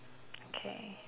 okay